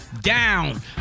Down